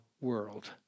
world